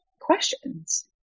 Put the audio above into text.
questions